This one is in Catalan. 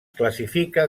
classifica